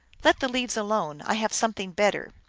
let the leaves alone. i have something better.